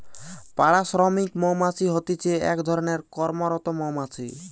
পাড়া শ্রমিক মৌমাছি হতিছে এক ধরণের কর্মরত মৌমাছি